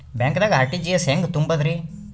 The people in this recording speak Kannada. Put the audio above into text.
ಬ್ಯಾಂಕ್ದಾಗ ಆರ್.ಟಿ.ಜಿ.ಎಸ್ ಹೆಂಗ್ ತುಂಬಧ್ರಿ?